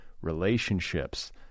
relationships